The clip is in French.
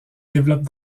développe